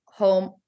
home